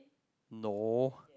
no